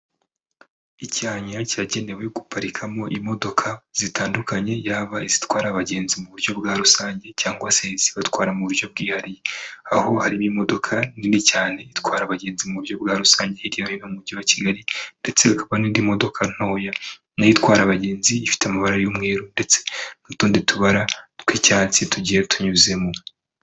Icyanya cyagenewe guparikamo imodoka zitandukanye, yaba izitwara abagenzi mu buryo bwa rusange cyangwa se izibatwara mu buryo bwihariye, aho harimo imodoka nini cyane itwara abagenzi mu buryo bwa rusange, hirya no hino mu mujyi wa Kigali ,ndetse hakaba n'indi modoka ntoya na yo itwara abagenzi, ifite amabara y'umweru ndetse n'utundi tubara tw'icyatsi tugiye tunyuzemo.